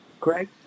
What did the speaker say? Craig